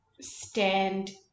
stand